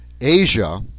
Asia